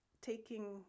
taking